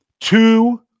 two